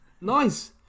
Nice